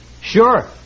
Sure